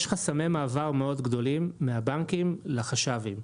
יש חסמי מעבר מאוד גדולים מהבנקים לחש"בים,